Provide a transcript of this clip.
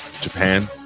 Japan